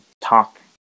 talk